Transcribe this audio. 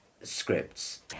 scripts